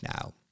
now